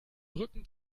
rücken